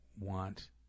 want